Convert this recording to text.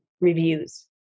reviews